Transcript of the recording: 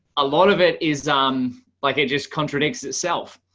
a lot of it is um like it just contradicts itself.